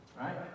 Right